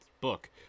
book